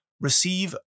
receive